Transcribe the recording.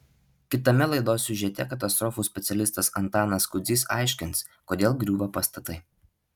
kitame laidos siužete katastrofų specialistas antanas kudzys aiškins kodėl griūva pastatai